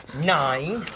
nine,